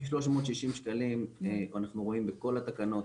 360 שקלים, אנחנו רואים בכל התקנות,